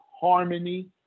harmony